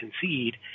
concede